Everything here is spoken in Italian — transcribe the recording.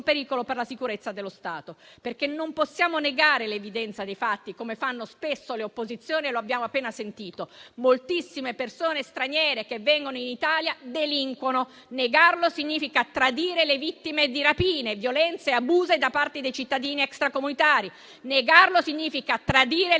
pericolo per la sicurezza dello Stato. Non possiamo, infatti, negare l'evidenza dei fatti, come fanno spesso le opposizioni e lo abbiamo appena sentito. Moltissime persone straniere che vengono in Italia delinquono. Negarlo significa tradire le vittime di rapine, violenze e abusi da parte dei cittadini extracomunitari. Negarlo significa tradire il